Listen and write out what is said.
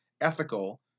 ethical